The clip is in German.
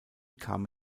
kam